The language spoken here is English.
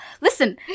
Listen